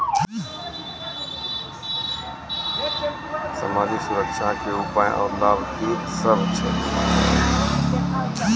समाजिक सुरक्षा के उपाय आर लाभ की सभ छै?